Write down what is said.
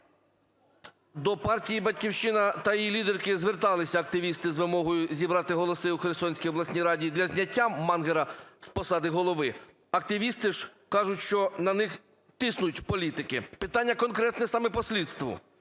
До партії "Батьківщина" та її лідерки зверталися активісти з вимогою зібрати голоси у Херсонській обласній раді для зняття Мангера з посади голови, активісти ж кажуть, що на них тиснуть політики. Питання конкретне саме по слідству.